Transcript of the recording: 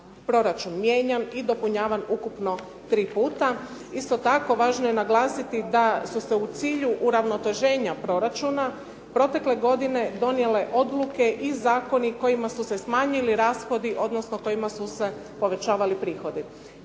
proračun mijenjan i nadopunjavanju ukupno tri puta. Isto tako važno je naglasiti da su se u cilju uravnoteženja proračuna protekle godine donijele odluke i zakoni kojima su se smanjili rashodi, odnosno kojima su se povećavali prihodi.